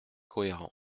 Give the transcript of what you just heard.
cohérent